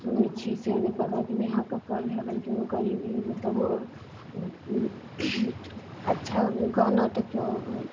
सुनै छी से नहि पता नेहा कक्कड़ भै गेलखिन हुनकर ई ई मतलब अच्छा गाना देखलहुँ